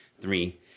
three